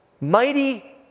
Mighty